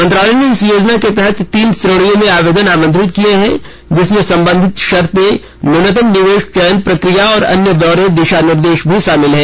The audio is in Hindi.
मंत्रालय ने इस योजना के तहत तीन श्रेणियों में आवेदन आमंत्रित किए है जिससे संबंधित शर्ते न्यूनतम निवेश चयन प्रक्रिया और अन्य ब्यौरे दिशा निर्देश में दिए गए हैं